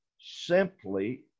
simply